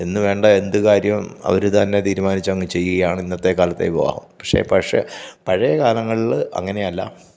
എന്ന് വേണ്ട എന്ത് കാര്യോം അവർ തന്നെ തീരുമാനിച്ചങ്ങ് ചെയ്യുകയാണ് ഇന്നത്തെ കാലത്തെ വിവാഹം പക്ഷേ പഴയ കാലങ്ങളിൽ അങ്ങനെയല്ല